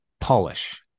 Polish